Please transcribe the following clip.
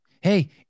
Hey